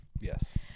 Yes